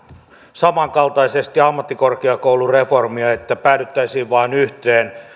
samankaltaisesti ammattikorkeakoulureformia että päädyttäisiin vain yhteen